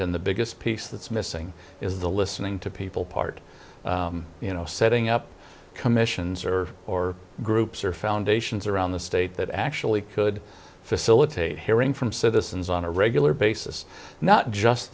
and the biggest piece that's missing is the listening to people part you know setting up commissions or or groups or foundations around the state that actually could facilitate hearing from citizens on a regular basis not just